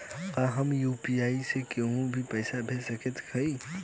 का हम यू.पी.आई से केहू के पैसा भेज सकत हई?